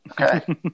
Okay